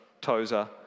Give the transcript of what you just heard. Tozer